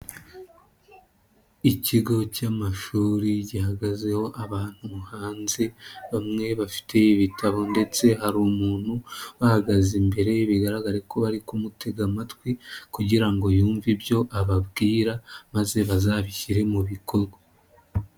Ikigo cy'amashuri gihagazeho abantu hanze, bamwe bafite ibitabo ndetse hari umuntu uhagaze imbere, bigaragare ko bari kumutega amatwi kugira ngo yumve ibyo ababwira, maze bazabishyire mu bikorwa.